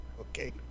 Okay